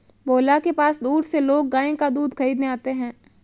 भोला के पास दूर से लोग गाय का दूध खरीदने आते हैं